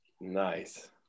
Nice